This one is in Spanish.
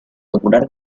popular